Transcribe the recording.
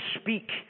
speak